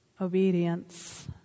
obedience